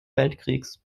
weltkriegs